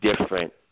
different